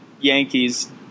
Yankees